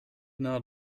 not